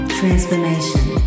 transformation